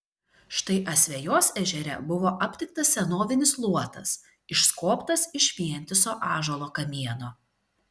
štai asvejos ežere buvo aptiktas senovinis luotas išskobtas iš vientiso ąžuolo kamieno